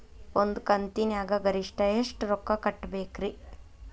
ಒಂದ್ ಕಂತಿನ್ಯಾಗ ಗರಿಷ್ಠ ಎಷ್ಟ ರೊಕ್ಕ ಕಟ್ಟಬೇಕ್ರಿ?